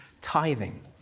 tithing